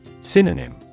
Synonym